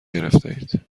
گرفتهاید